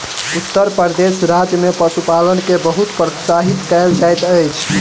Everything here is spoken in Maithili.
उत्तर प्रदेश राज्य में पशुपालन के बहुत प्रोत्साहित कयल जाइत अछि